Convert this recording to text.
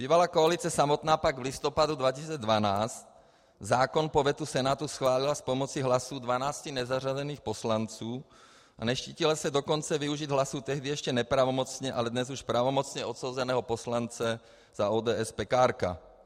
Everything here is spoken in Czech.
Bývalá koalice samotná pak v listopadu 2012 zákon po vetu Senátu schválila s pomocí hlasů dvanácti nezařazených poslanců, a neštítila se dokonce využít hlasu tehdy ještě nepravomocně, ale dnes už pravomocně odsouzeného poslance za ODS Pekárka.